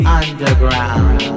underground